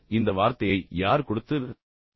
இந்த வார்த்தையை யார் கொடுத்தது